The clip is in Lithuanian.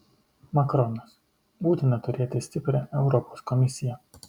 makronas būtina turėti stiprią europos komisiją